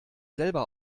selber